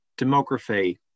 demography